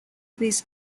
this